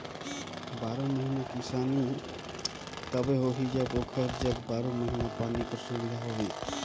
बारो महिना किसानी तबे होही जब ओकर जग बारो महिना पानी कर सुबिधा होही